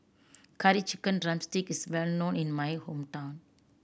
Curry Chicken drumstick is well known in my hometown